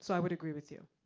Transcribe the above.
so i would agree with you.